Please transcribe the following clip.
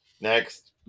next